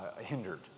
hindered